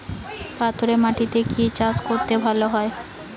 পাথরে মাটিতে কি চাষ করলে ভালো হবে?